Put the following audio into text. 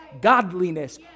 godliness